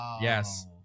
Yes